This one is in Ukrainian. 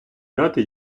дати